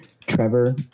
trevor